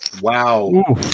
Wow